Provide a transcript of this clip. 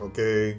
Okay